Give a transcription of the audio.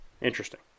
interesting